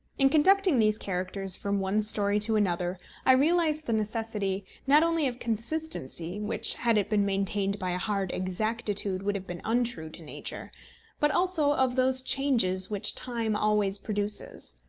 in conducting these characters from one story to another i realised the necessity, not only of consistency which, had it been maintained by a hard exactitude, would have been untrue to nature but also of those changes which time always produces.